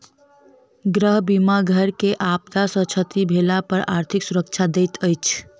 गृह बीमा घर के आपदा सॅ क्षति भेला पर आर्थिक सुरक्षा दैत अछि